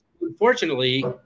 unfortunately